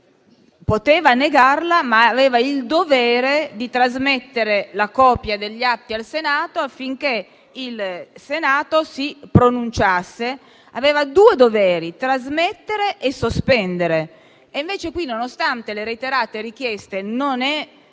poteva negarla, ma aveva il dovere di trasmettere la copia degli atti al Senato, affinché questo si pronunciasse. Aveva due doveri: trasmettere e sospendere. Ciò invece non è stato fatto, nonostante le reiterate richieste,